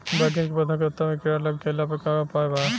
बैगन के पौधा के पत्ता मे कीड़ा लाग गैला पर का उपाय बा?